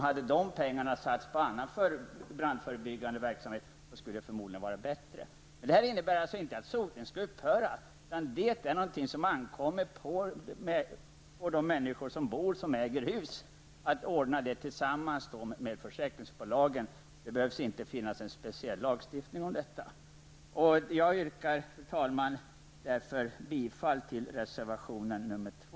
Hade pengarna satsats på annan brandförebyggande verksamhet, hade det förmodligen varit bättre. Detta innebär alltså inte att sotning skall upphöra, utan det får ankomma på de människor som bor i och äger hus att ordna saken tillsammans med försäkringsbolagen. Det behövs inte någon speciell lagstiftning om detta. Jag yrkar, fru talman, bifall till reservation 2.